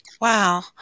Wow